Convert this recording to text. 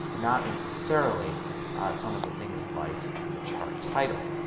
not necessarily some of the things like the chart title.